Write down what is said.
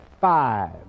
five